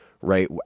right